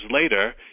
later